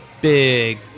Big